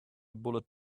bullet